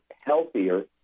healthier